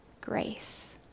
grace